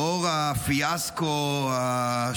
לאור הפיאסקו אתמול עם AP,